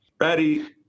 Ready